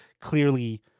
clearly